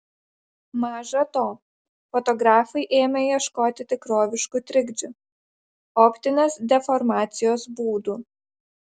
maža to fotografai ėmė ieškoti tikroviškų trikdžių optinės deformacijos būdų